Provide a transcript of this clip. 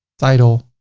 title,